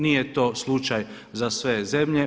Nije to slučaj za sve zemlje.